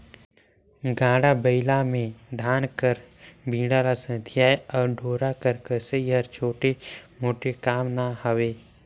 गाड़ा बइला मे धान कर बीड़ा ल सथियई अउ डोरा कर कसई हर छोटे मोटे काम ना हवे